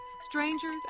strangers